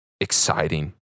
exciting